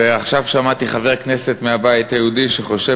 ועכשיו שמעתי חבר כנסת מהבית היהודי שחושב